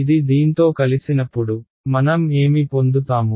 ఇది దీంతో కలిసినప్పుడు మనం ఏమి పొందుతాము